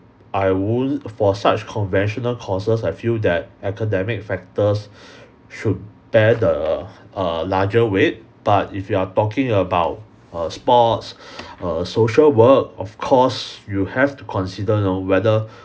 I wouldn't for such conventional courses I feel that academic factors should bear the err larger weight but if you are talking about err sports err social work of course you have to consider you know whether